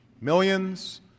Millions